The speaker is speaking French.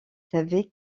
savait